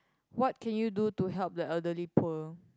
what can you do to help the elderly poor